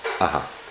Aha